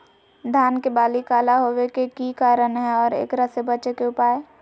धान के बाली काला होवे के की कारण है और एकरा से बचे के उपाय?